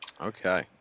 Okay